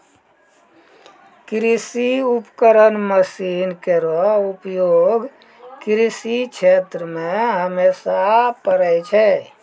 कृषि उपकरण मसीन केरो उपयोग कृषि क्षेत्र मे हमेशा परै छै